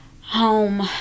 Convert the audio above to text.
home